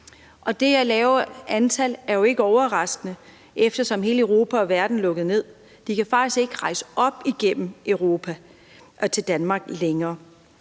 Det lave antal er jo ikke overraskende, eftersom hele Europa og verden er lukket ned. De kan faktisk ikke rejse op igennem Europa og til Danmark længere.